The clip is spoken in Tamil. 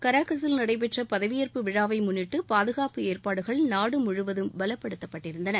கராகஸில் நடைபெற்ற பதவியேற்பு விழாவை முன்னிட்டு பாதுகாப்பு ஏற்பாடுகள் நாடு முழுவதும் பலப்படுத்தப்பட்டிருந்தன